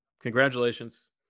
Congratulations